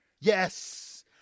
Yes